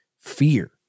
Fear